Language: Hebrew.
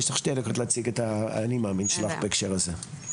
יש לך שתי דקות להציג את האני מאמין שלך בהקשר הזה.